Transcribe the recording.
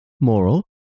Moral